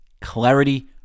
clarity